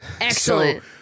Excellent